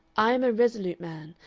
i am a resolute man,